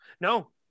No